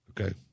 okay